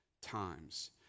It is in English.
times